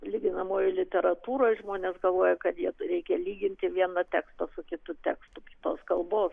lyginamojoj literatūroj žmonės galvoja kad jie reikia lyginti vieną tekstą su kitu tekstu tos kalbos